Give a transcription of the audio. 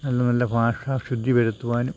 നല്ല നല്ല ഭാഷാ ശുദ്ധി വരുത്തുവാനും